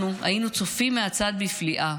אנחנו היינו צופים מהצד בפליאה